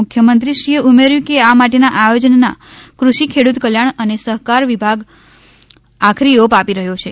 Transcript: મુખ્યમંત્રીશ્રીએઉમેર્યુ કે આ માટેના આયોજનને કૃષિ ખેડૂત કલ્યાણ અને સહકાર વિભાગ આખરી ઓપ આપી રહ્યો છે